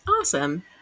awesome